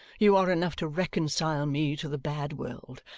you are enough to reconcile me to the bad world,